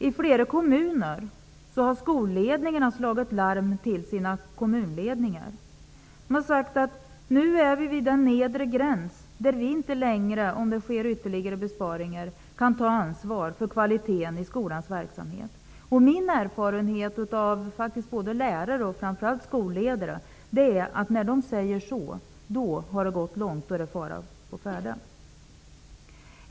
I flera kommuner har skolledningarna slagit larm till sina kommunledningar. De har sagt att de nu är vid den nedre gräns där de inte längre kan ta ansvar för kvaliteten i skolans verksamhet om det sker ytterligare besparingar. Min erfarenhet av både lärare och framför allt skolledare är att när de säger så har det gått långt. Då är det fara å färde.